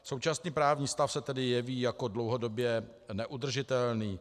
Současný právní stav se tedy jeví jako dlouhodobě neudržitelný.